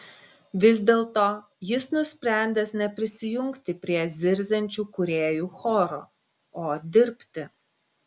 vis dėlto jis nusprendęs neprisijungti prie zirziančių kūrėjų choro o dirbti